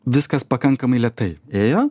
viskas pakankamai lėtai ėjo